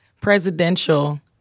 presidential